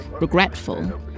regretful